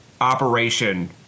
operation